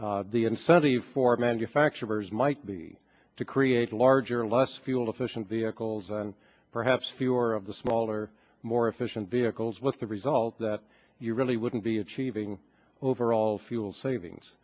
incentive for manufacturers might be to create larger less fuel efficient vehicles and perhaps fewer of the smaller more efficient vehicles with the result that you really wouldn't be achieving overall fuel savings